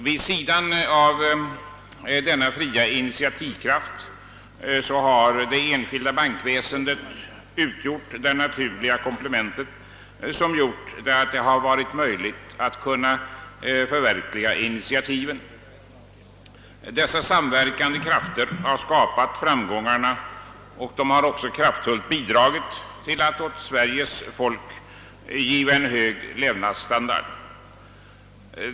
Vid sidan av denna fria initiativkraft har det enskilda bankväsendet utgjort det naturliga komplement som gjort det möjligt att förverkliga initiativen. Dessa samverkande krafter har skapat framgångarna och kraftigt bidragit till att ge Sveriges folk en hög levnadsstandard.